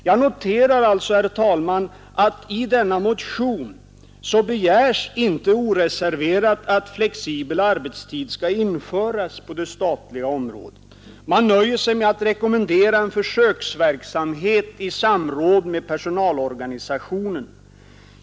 Jag noterar alltså, herr talman, att i denna motion begärs inte oreserverat att flexibel arbetstid skall införas på det statliga området. Man nöjer sig med att rekommendera en försöksverksamhet i samråd med personalorganisationerna.